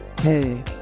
Hey